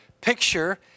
picture